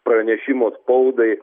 pranešimo spaudai